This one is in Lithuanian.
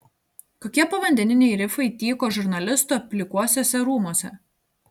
kokie povandeniniai rifai tyko žurnalisto pilkuosiuose rūmuose